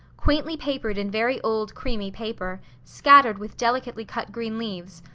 quaintly papered in very old creamy paper, scattered with delicately cut green leaves,